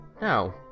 No